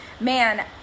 Man